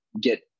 get